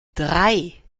drei